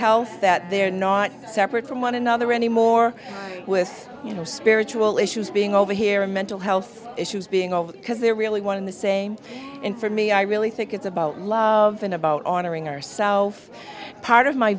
health that they're not separate from one another anymore with you know spiritual issues being over here or mental health issues being over because they're really one of the same and for me i really think it's about love and about honoring our self part of my